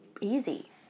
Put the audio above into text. easy